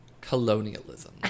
Colonialism